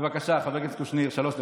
בבקשה, חבר הכנסת קושניר, שלוש דקות.